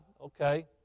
Okay